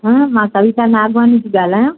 मां कविता नागवानी थी ॻाल्हायां